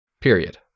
Period